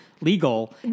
legal